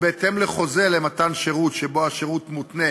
או בהתאם לחוזה למתן שירות שבו השירות מותנה